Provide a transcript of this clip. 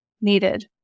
needed